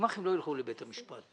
הגמ"חים לא ילכו לבית המשפט.